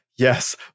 Yes